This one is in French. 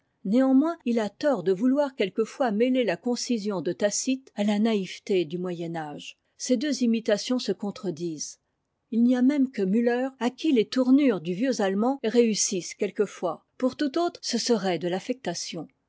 néanmoins il a tort de vouloir quelquefois mêler la concision de tacite à la naïveté du moyen âge ces deux imitations se contredisent il n'y a même que mimer à qui les tournures du vieux allemand réussissent quelquefois pour tout autre ce serait de l'affectation